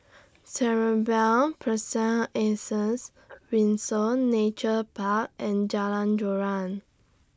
Cerebral Person Athens Windsor Nature Park and Jalan Joran